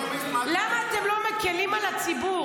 למה אתם לא מקילים על הציבור?